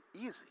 easy